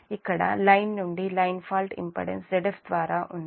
ఇక్కడ లైన్ నుండి line fault impedance Zf ద్వారా ఉంది